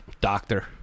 Doctor